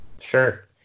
Sure